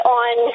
on